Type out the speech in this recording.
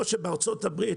וכמו שבארצות הברית,